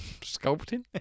Sculpting